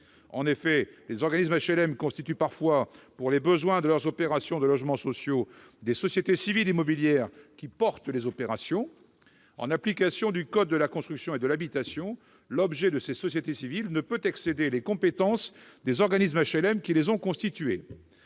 En effet, ces organismes constituent parfois, pour les besoins de leurs opérations de réalisation de logements sociaux, des sociétés civiles immobilières qui « portent » ces opérations. En application du code de la construction et de l'habitation, l'objet de ces sociétés civiles ne peut excéder les compétences des organismes d'HLM qui les ont constituées,